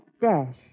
Dash